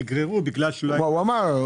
הוא אמר.